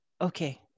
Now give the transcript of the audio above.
okay